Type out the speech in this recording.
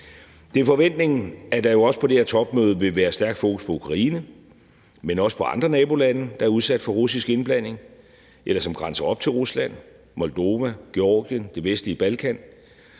også forventningen, at der på det her topmøde vil være et stærkt fokus på Ukraine, men også på andre nabolande, der er udsat for russisk indblanding, eller som grænser op til Rusland – Moldova, Georgien og det vestlige Balkan